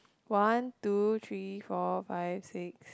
one two three four five six